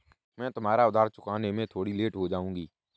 मैं तुम्हारा उधार चुकाने में थोड़ी लेट हो जाऊँगी